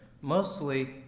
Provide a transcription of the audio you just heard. mostly